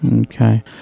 Okay